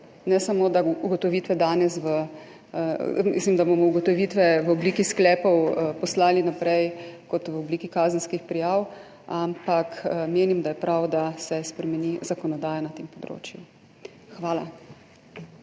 Ne samo, da bomo ugotovitve v obliki sklepov poslali naprej v obliki kazenskih prijav, ampak menim, da je prav, da se tudi spremeni zakonodaja na tem področju. Hvala.